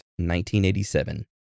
1987